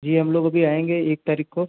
जी हम लोग अभी आएंगे एक तारीख़ को